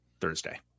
thursday